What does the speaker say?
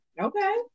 okay